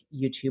YouTube